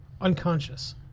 unconscious